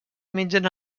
mengen